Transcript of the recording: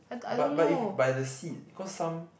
but but if by the seed because some